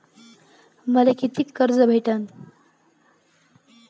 मले कितीक कर्ज भेटन?